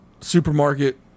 supermarket